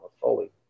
fully